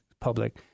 public